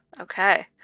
Okay